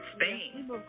Spain